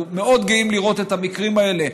אנחנו מאוד גאים לראות את המקרים האלה,